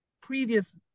previous